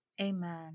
Amen